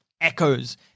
echoes